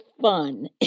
fun